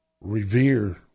revere